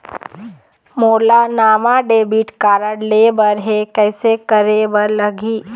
मोला नावा debit card लेबर हे, कइसे करे बर लगही?